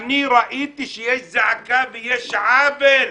אני ראיתי שיש זעקה ויש עוול.